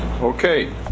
Okay